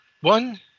one